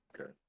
Okay